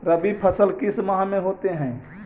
रवि फसल किस माह में होते हैं?